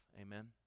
Amen